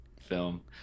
film